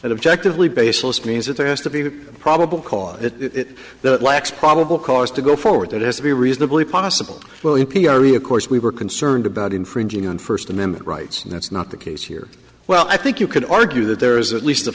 that objectively baseless means that there has to be probable cause that that lacks probable cause to go forward it has to be reasonably possible well in p r of course we were concerned about infringing on first amendment rights and that's not the case here well i think you could argue that there is at least the